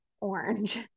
orange